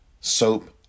Soap